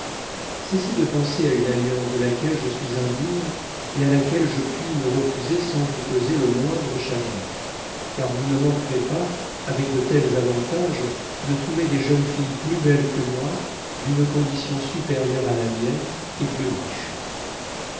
cessez de penser à une alliance de laquelle je suis indigne et à laquelle je puis me refuser sans vous causer le moindre chagrin car vous ne manquerez pas avec de tels avantages de trouver des jeunes filles plus belles que moi d'une condition supérieure à la mienne et plus riches